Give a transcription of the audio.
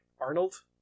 Arnold